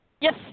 Yes